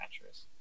mattress